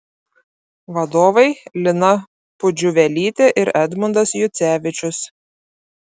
vadovai lina pudžiuvelytė ir edmundas jucevičius